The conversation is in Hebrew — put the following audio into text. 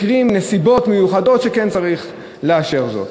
שכן יש מקרים, נסיבות מיוחדות שצריך לאשר זאת.